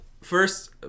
First